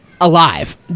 alive